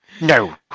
No